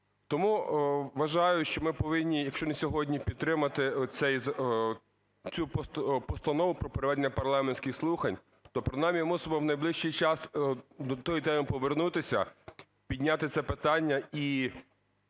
Тому вважаю, що ми повинні, якщо не сьогодні підтримати цю постанову про проведення парламентських слухань, то принаймні мусимо в найближчий час до тої теми повернутися, підняти це питання.